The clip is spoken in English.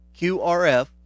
QRF